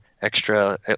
Extra